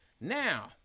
Now